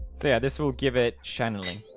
so yeah, this will give it channeling